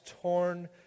torn